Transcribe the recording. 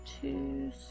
two